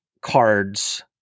cards